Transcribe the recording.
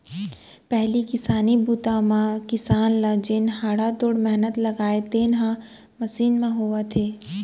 पहिली किसानी बूता म किसान ल जेन हाड़ा तोड़ मेहनत लागय तेन ह मसीन म होवत हे